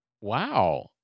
wow